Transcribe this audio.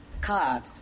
card